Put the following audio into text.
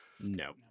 No